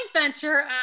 venture